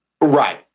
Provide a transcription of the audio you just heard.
Right